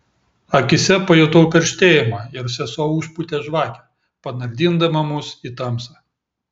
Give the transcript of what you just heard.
akyse pajutau perštėjimą ir sesuo užpūtė žvakę panardindama mus į tamsą